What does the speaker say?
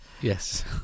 Yes